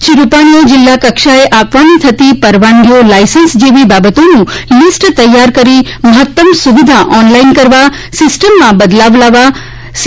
શ્રી રૂપાણીએ જિલ્લા કક્ષાએ આપવાની થતી પરવાનગીઓ લાયસન્સ જેવી બાબતોનું લીસ્ટ તૈયાર કરી મહત્તમ સુવિધા ઓન લાઇન કરવા સિસ્ટમમાં બદલાવ લાવવા સી